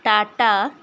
Tata